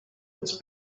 its